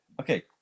okay